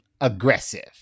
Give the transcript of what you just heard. aggressive